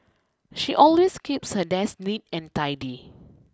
she always keeps her desk neat and tidy